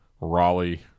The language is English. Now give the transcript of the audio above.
Raleigh